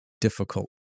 Difficult